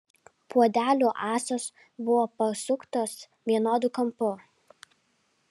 puodelių ąsos buvo pasuktos vienodu kampu